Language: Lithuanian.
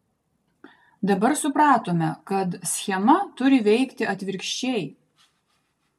dabar supratome kad schema turi veikti atvirkščiai